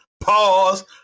pause